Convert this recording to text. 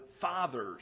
fathers